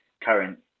current